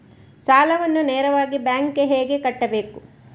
ಸಾಲವನ್ನು ನೇರವಾಗಿ ಬ್ಯಾಂಕ್ ಗೆ ಹೇಗೆ ಕಟ್ಟಬೇಕು?